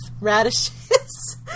radishes